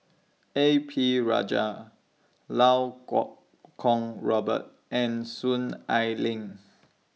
A P Rajah Iau Kuo Kwong Robert and Soon Ai Ling